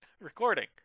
recording